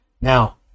Now